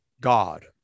God